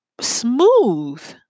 smooth